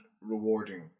rewarding